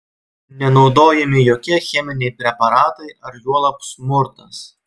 nenaudojami jokie cheminiai preparatai ar juolab smurtas